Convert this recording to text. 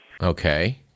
Okay